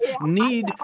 need